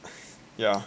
yeah